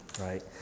right